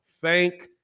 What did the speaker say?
Thank